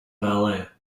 ballet